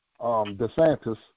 DeSantis